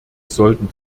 sollten